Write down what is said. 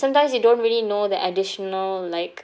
sometimes you don't really know the additional like